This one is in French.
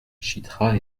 chitra